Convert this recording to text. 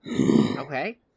Okay